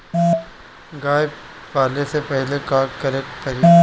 गया पाले से पहिले का करे के पारी?